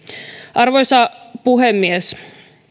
arvoisa puhemies